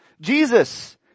Jesus